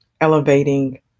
elevating